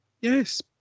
Yes